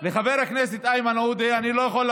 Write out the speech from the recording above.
הקורונה זה משהו מיוחד שאתם גרמתם.